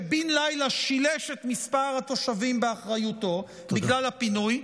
שבן לילה שילש את מספר התושבים באחריותו בגלל הפינוי,